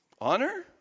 Honor